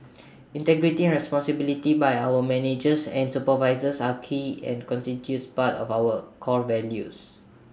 integrity and responsibility by our managers and supervisors are key and constitute part of our core values